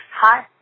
Hi